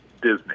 Disney